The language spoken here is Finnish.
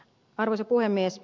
arvoisa puhemies